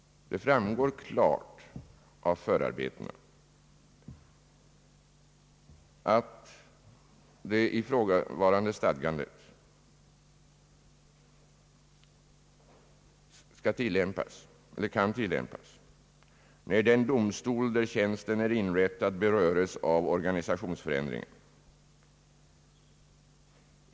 Det framgår klart av förarbetena att det ifrågavarande stadgandet kan tilllämpas när den domstol där tjänsten är inrättad beröres av organisationsförändringar.